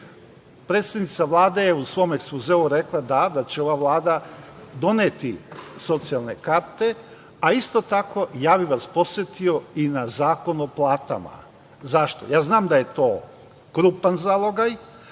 Predsednica Vlade je u svom ekspozeu rekla da će ova Vlada doneti socijalne karte, a isto tako bih vas podsetio i na Zakon o platama. Zašto? Znam da je to krupan zalogaj,